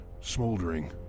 smoldering